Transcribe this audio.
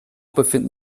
befinden